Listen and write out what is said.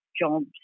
jobs